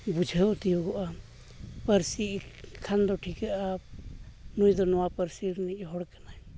ᱵᱩᱡᱷᱟᱹᱣ ᱛᱤᱭᱟᱹᱜᱚᱜᱼᱟ ᱯᱟᱹᱨᱥᱤ ᱠᱷᱟᱱ ᱫᱚ ᱴᱷᱤᱠᱟᱹᱜᱼᱟ ᱱᱩᱭ ᱫᱚ ᱱᱚᱣᱟ ᱯᱟᱹᱨᱥᱤ ᱨᱤᱱᱤᱡᱽ ᱦᱚᱲ ᱠᱟᱱᱟᱭ